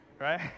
Right